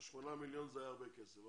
8 מיליון שקל זה היה הרבה כסף.